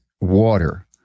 water